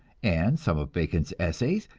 and some of bacon's essays,